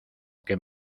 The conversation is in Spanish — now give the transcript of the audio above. que